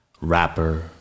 rapper